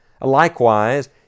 Likewise